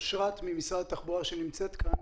אושרית ממשרד התחבורה, בבקשה.